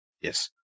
Yes